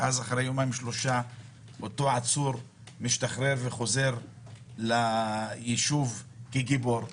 ואז אחרי יומיים שלושה אותו עצור משתחרר וחוזר לישוב כגיבור.